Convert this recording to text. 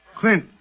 Clint